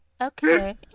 Okay